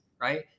right